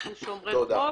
אנחנו שומרי חוק.